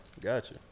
Gotcha